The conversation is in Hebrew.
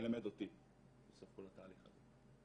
מלמד אותי בסוף כל התהליך הזה.